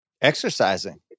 Exercising